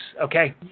okay